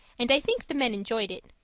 and i think the men enjoyed it.